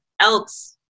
else